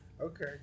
okay